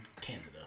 Canada